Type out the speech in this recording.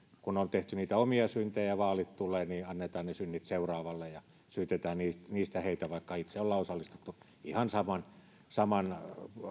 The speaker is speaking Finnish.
kun on tehty niitä omia syntejä ja vaalit tulevat niin annetaan ne synnit seuraavalle ja syytetään niistä heitä vaikka itse ollaan osallistuttu ihan saman saman